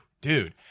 Dude